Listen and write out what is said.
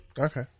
Okay